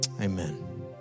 Amen